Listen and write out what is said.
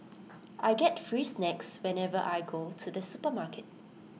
I get free snacks whenever I go to the supermarket